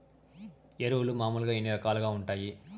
ఎరువులు మామూలుగా ఎన్ని రకాలుగా వుంటాయి?